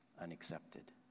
unaccepted